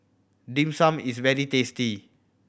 Dim Sum is very tasty